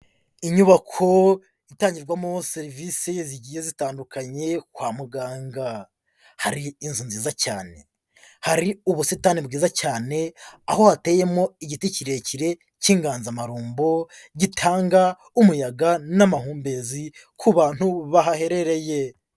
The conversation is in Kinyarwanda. Inyubako itangirwamo serivisi zigiye zitandukanye kwa muganga, hari inzu nziza cyane hari ubusitani bwiza cyane, aho hateyemo igiti kirekire cy'inganzamarumbo gitanga umuyaga n'amahumbezi ku bantu bahaherereye.